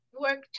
work